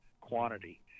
quantity